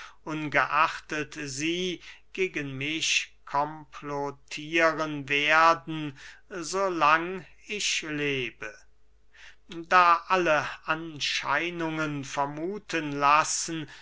ungeachtet sie gegen mich komplottieren werden so lang ich lebe da alle anscheinungen vermuthen lassen